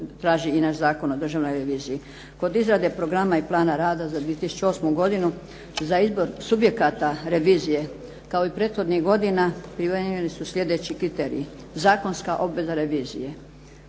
Kod izrade programa i plana rada za 2008. godinu za izbor subjekata revizije kao i prethodnih godina primijenjeni su sljedeći kriteriji: zakonska obveza revizije,